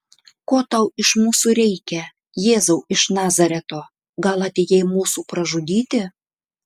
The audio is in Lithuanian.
ko tau iš mūsų reikia jėzau iš nazareto gal atėjai mūsų pražudyti